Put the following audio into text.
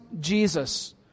Jesus